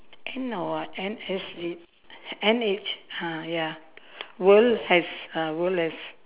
N or what N S H N H ah ya uh